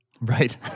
Right